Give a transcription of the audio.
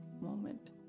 moment